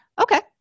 Okay